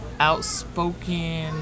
outspoken